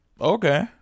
Okay